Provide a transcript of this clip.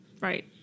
Right